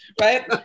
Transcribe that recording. right